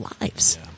lives